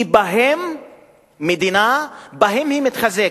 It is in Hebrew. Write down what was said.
כי בהם מדינה מתחזקת.